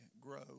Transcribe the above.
grow